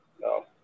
No